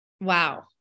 Wow